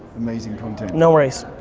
amazing content. no worries.